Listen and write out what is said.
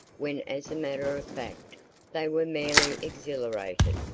when as a matter of fact they were merely exhilarated,